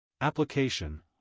application